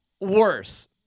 worse